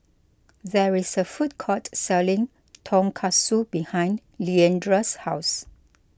there is a food court selling Tonkatsu behind Leandra's house